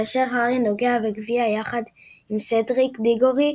כאשר הארי נוגע בגביע יחד עם סדריק דיגורי,